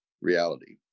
reality